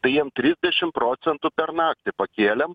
tai jiem trisdešimt procentų per naktį pakėlėm